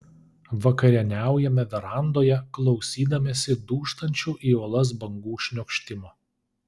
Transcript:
vakarieniaujame verandoje klausydamiesi dūžtančių į uolas bangų šniokštimo